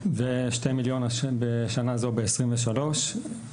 ו-2 מיליון בשנה זו ב-2023.